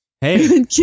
Hey